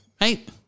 right